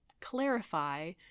clarify